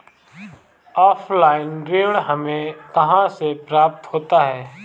Offline ऋण हमें कहां से प्राप्त होता है?